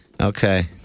Okay